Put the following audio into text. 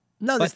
No